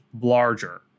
larger